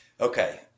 Okay